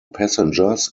passengers